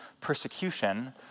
persecution